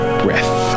breath